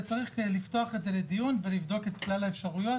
וצריך לפתוח את זה לדיון ולבדוק את כלל האפשרויות,